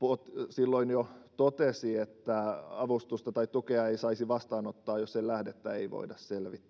silloin jo totesi että avustusta tai tukea ei saisi vastaanottaa jos sen lähdettä ei voida selvittää